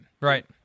Right